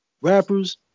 rappers